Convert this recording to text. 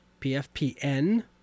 PFPN